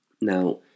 Now